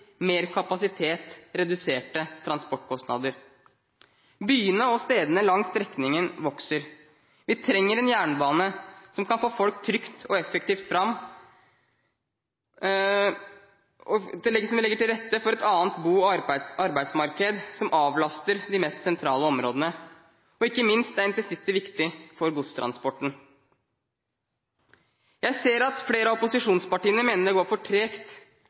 mer kapasitet, reduserte transportkostnader. Byene og stedene langs strekningene vokser. Vi trenger en jernbane som kan få folk trygt og effektivt fram, og som legger til rette for et annet bo- og arbeidsmarked som avlaster de mest sentrale områdene. Ikke minst er intercity viktig for godstransporten. Jeg ser at flere av opposisjonspartiene mener det går for tregt